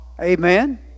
Amen